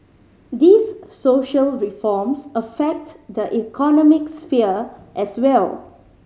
these social reforms affect the economic sphere as well